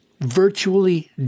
virtually